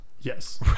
yes